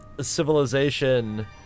civilization